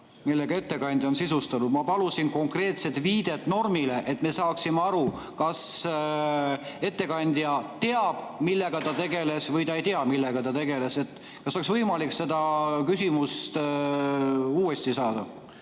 kuulnud siin juba tükk aega. Ma palusin konkreetset viidet normile, et me saaksime aru, kas ettekandja teab, millega ta tegeles, või ta ei tea, millega ta tegeles. Kas oleks võimalik seda küsimust uuesti saada?